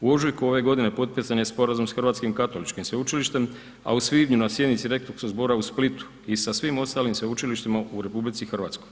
U ožujku ove godine potpisan je sporazum s Hrvatskim katoličkim sveučilištem, a u svibnju na sjednici Rektorskog zbora u Splitu i sa svim ostalim sveučilištima u RH.